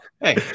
hey